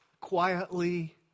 quietly